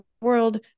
world